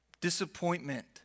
disappointment